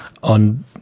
Und